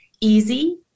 easy